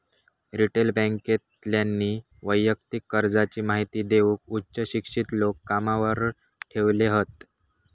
retail बॅन्केतल्यानी वैयक्तिक कर्जाची महिती देऊक उच्च शिक्षित लोक कामावर ठेवले हत